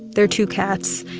their two cats.